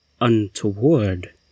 untoward